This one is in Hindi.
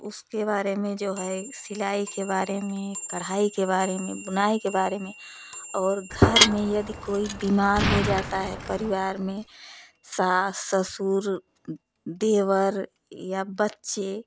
उसके बारे में जो है सिलाई के बारे में कढ़ाई के बारे में बुनाई के बारे में और घर में यदि कोई बीमार हो जाता है परिवार में सास ससुर देवर या बच्चे